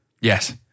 Yes